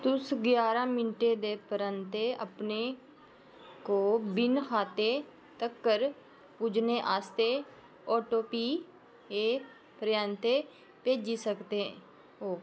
तुस ग्यारां मिंटे दे परैंते अपने को विन खाते तक्कर पुज्जने आस्तै ओटोपी ए परतियै भेजी सकदे ओ